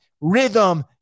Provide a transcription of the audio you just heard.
rhythm